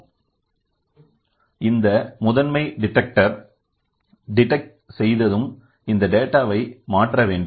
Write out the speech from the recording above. எனவே இந்த முதன்மை டிடக்டார் டிடக்ட்ஸ் செய்ததும் இந்த டேட்டாவை மாற்ற வேண்டும்